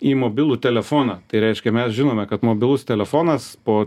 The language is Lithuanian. į mobilų telefoną tai reiškia mes žinome kad mobilus telefonas po